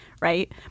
right